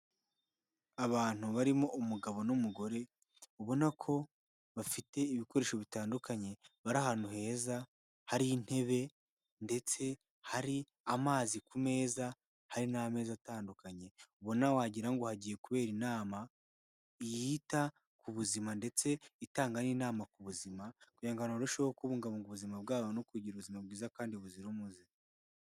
Abantu barimo umugabo n'umugore ubona ko bafite ibikoresho bitandukanye, bari ahantu heza hari intebe ndetse hari amazi ku meza, hari n'ameza atandukanye, ubona wagira ngo hagiye kubera inama yita ku buzima ndetse itanga n'inama ku buzima kugira ngo barusheho kubungabunga ubuzima bwabo no kugira ubuzima bwiza kandi buzira umuze.